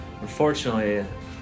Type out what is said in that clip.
Unfortunately